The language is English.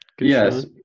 Yes